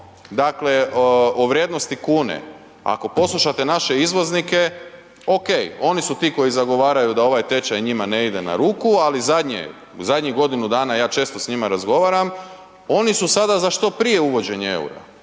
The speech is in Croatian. dakle o vrijednosti kune, ako poslušate naše izvoznike okej, oni su ti koji zagovaraju da ovaj tečaj njima ne ide na ruku, ali zadnje, u danjih godinu dana ja često s njima razgovaram, oni su sada za što prije uvođenje EUR-a